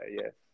yes